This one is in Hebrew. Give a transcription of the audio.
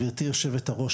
גברתי יושבת הראש,